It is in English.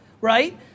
right